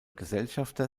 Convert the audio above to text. gesellschafter